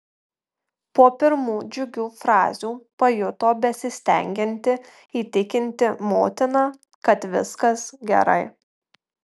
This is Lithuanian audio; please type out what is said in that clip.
po pirmų džiugių frazių pajuto besistengianti įtikinti motiną kad viskas gerai